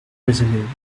resume